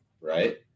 right